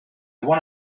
won